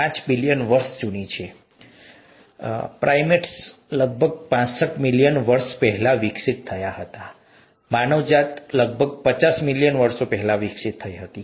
5 અબજ વર્ષ જૂની છે પ્રાઈમેટ્સ લગભગ 65 મિલિયન650 લાખ વર્ષો પહેલા વિકસિત થયા હતા માનવજાત લગભગ 50 મિલિયન500 લાખ વર્ષો પહેલા વિકસિત થઈ હતી